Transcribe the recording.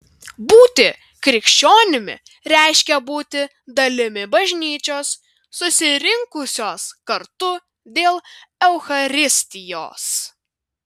būti krikščionimi reiškia būti dalimi bažnyčios susirinkusios kartu dėl eucharistijos